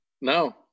No